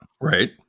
Right